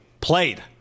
played